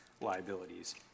liabilities